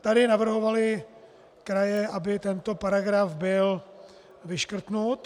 Tady navrhovaly kraje, aby tento paragraf byl vyškrtnut.